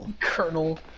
Colonel